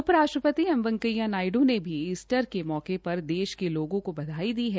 उप राष्ट्रपति एम वैकेंया नायडू ने भी ईस्टर के मौके पर देश के लोगों को बधाई दी है